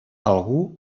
algú